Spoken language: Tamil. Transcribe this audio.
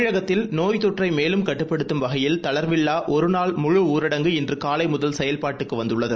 தமிழகத்தில் நோய்த் தொற்றைமேலும் கட்டுப்படுத்தும் வகையில் தளர்வில்லாஒருநாள் முழுஊரடங்கு இன்றுகாலைமுதல் செயல்பாட்டுக்குவந்துள்ளது